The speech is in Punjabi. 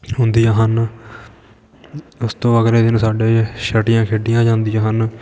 ਹੁੰਦੀਆਂ ਹਨ ਉਸ ਤੋਂ ਅਗਲੇ ਦਿਨ ਸਾਡੇ ਛਟੀਆਂ ਖੇਡੀਆਂ ਜਾਂਦੀਆਂ ਹਨ